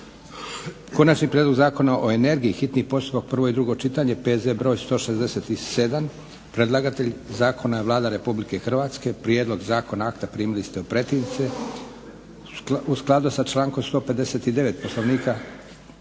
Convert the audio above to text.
Konačni prijedlog zakona o energiji, hitni postupak, prvo i drugo čitanje, PZ br. 167. Predlagatelj zakona je Vlada Republike Hrvatske. Prijedlog zakona akta primili ste u pretince. U skladu sa člankom 159. Poslovnika Hrvatskoga